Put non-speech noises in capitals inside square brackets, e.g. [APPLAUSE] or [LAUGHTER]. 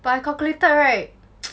but I calculated right [NOISE]